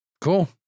Cool